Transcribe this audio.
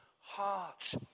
heart